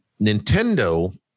Nintendo